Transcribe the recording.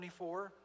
24